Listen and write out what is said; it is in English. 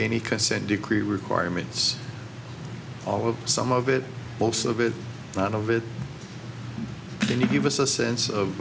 any consent decree requirements although some of it most of it but of it can you give us a sense of